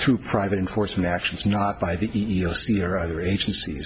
through private enforcement actions not by the e e o c or other agencies